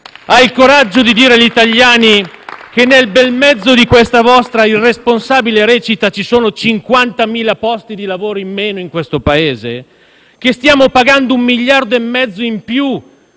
Ha il coraggio di dire agli italiani che, nel bel mezzo di questa vostra irresponsabile recita, ci sono 50.000 posti di lavoro in meno in questo Paese? Che stiamo pagando un miliardo e mezzo in più